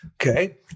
Okay